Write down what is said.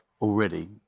already